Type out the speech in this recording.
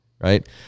right